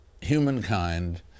humankind